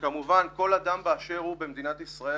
שכמובן כל אדם באשר הוא במדינת ישראל